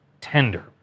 tender